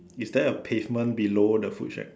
is there a pavement below the food shack